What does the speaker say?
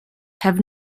have